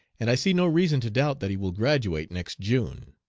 and i see no reason to doubt that he will graduate next june.